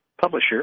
publisher